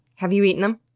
have you eaten them?